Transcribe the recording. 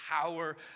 power